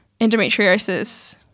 endometriosis